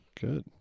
Good